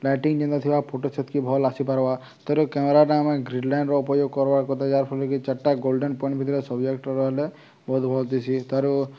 lighting ଯେନ୍ତା ଥିବା photo ସେତ୍କି ଭଲ ଆସ୍ପାର୍ବା ତା'ର କ୍ୟାମେରାଟା ଆମେ ଗ୍ରୀନ୍ ଲାଇନ୍ର ଉପଯୋଗ କରବାର୍ କଥା ଯାହାଫଳରେ କିି ଚାରିଟା ଗୋଲ୍ଡେନ୍ ପଏଣ୍ଟ ଭିତରେ ସବଜେକ୍ଟ ରହଲେ ବହୁତ ଭଲ ଦିଶି ତା'ର